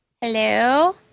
Hello